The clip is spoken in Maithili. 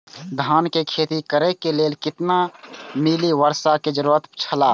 धान के खेती करे के लेल कितना मिली वर्षा के जरूरत छला?